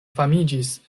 famiĝis